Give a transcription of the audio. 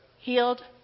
Healed